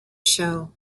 show